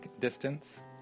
distance